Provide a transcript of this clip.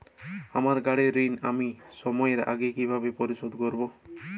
আমার গাড়ির ঋণ আমি সময়ের আগে কিভাবে পরিশোধ করবো?